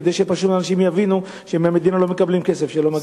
כדי שאנשים יבינו שמהמדינה לא מקבלים כסף שלא מגיע.